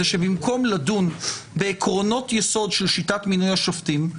ביחד עם שותפך שר המשפטים,